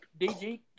DG